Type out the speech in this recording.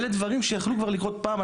אלה דברים שיכלו כבר לקרות פעם.